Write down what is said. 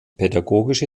pädagogische